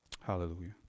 Hallelujah